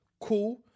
cool